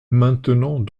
maintenant